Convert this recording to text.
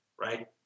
right